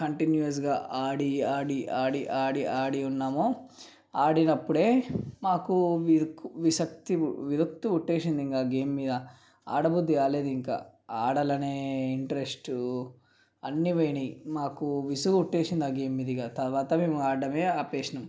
కంటిన్యూయేస్గా ఆడి ఆడి ఆడి ఆడి ఆడి ఉన్నామో ఆడినప్పుడే మాకు విరక్తి విరక్తి పుట్టేసింది ఇక ఆ గేమ్ మీద అడబుద్ది కాలేదు ఇంకా ఆడాలనే ఇంట్రెస్ట్ అన్నీ పోయాయి మాకు విసుగు పుట్టేసింది ఆ గేమ్ మీద ఇక తరువాత మేము ఆడ్డమే ఆపేసాము